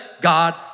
God